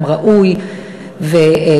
הוא אדם ראוי ומעמיק.